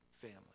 family